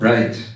Right